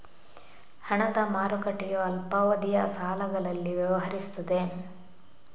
ಹಣದ ಮಾರುಕಟ್ಟೆಯು ಅಲ್ಪಾವಧಿಯ ಸಾಲಗಳಲ್ಲಿ ವ್ಯವಹರಿಸುತ್ತದೆ